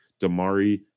Damari